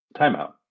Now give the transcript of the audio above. timeout